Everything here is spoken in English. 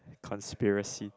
conspiracy